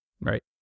Right